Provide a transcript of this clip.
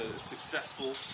successful